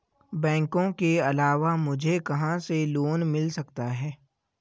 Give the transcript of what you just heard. बैंकों के अलावा मुझे कहां से लोंन मिल सकता है?